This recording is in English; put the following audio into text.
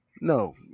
No